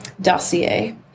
dossier